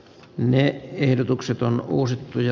me ehdotukset on uusittu jo